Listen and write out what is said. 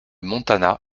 montana